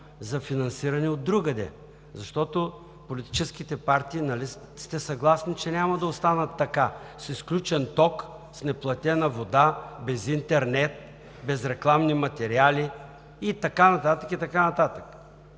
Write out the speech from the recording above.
за финансиране от другаде. Защото политическите партии, нали сте съгласни, че няма да останат така – с изключен ток, с неплатена вода, без интернет, без рекламни материали и така нататък, и така нататък.